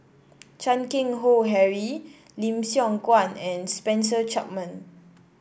Chan Keng Howe Harry Lim Siong Guan and Spencer Chapman